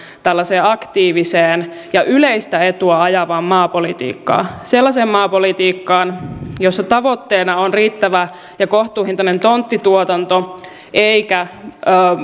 tällaiseen aktiiviseen ja yleistä etua ajavaan maapolitiikkaan sellaiseen maapolitiikkaan jossa tavoitteena on riittävä ja kohtuuhintainen tonttituotanto eikä